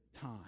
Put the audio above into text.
time